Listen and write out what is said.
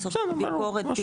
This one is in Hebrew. לצורך ביקורת,